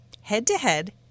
head-to-head